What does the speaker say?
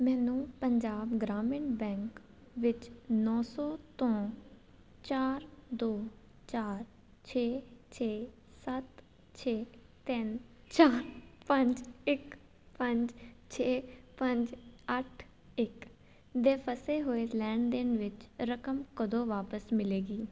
ਮੈਨੂੰ ਪੰਜਾਬ ਗ੍ਰਾਮੀਣ ਬੈਂਕ ਵਿੱਚ ਨੌਂ ਸੋ ਤੋਂ ਚਾਰ ਦੋ ਚਾਰ ਛੇ ਛੇ ਸੱਤ ਛੇ ਤਿਨ ਚਾਰ ਪੰਜ ਇੱਕ ਪੰਜ ਛੇ ਪੰਜ ਅੱਠ ਇੱਕ ਦੇ ਫਸੇ ਹੋਏ ਲੈਣ ਦੇਣ ਵਿੱਚ ਰਕਮ ਕਦੋਂ ਵਾਪਸ ਮਿਲੇਗੀ